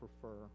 prefer